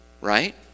right